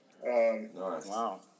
wow